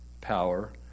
power